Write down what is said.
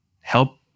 help